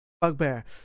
Bugbear